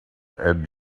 and